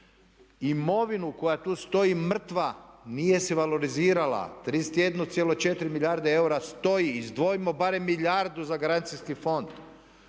imovinu koja tu stoji mrtva, nije se valorizirala, 31,4 milijarde eura stoji, izdvojimo barem milijardu za garancijski fond,